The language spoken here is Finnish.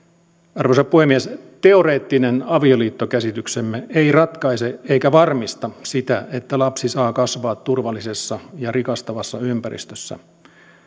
arvoisa puhemies teoreettinen avioliittokäsityksemme ei ratkaise eikä varmista sitä että lapsi saa kasvaa turvallisessa ja rikastavassa ympäristössä